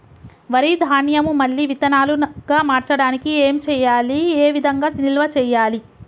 వరి ధాన్యము మళ్ళీ విత్తనాలు గా మార్చడానికి ఏం చేయాలి ఏ విధంగా నిల్వ చేయాలి?